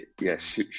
yes